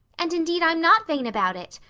and indeed i'm not vain about it.